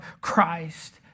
Christ